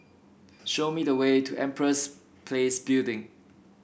show me the way to Empress Place Building